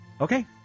Okay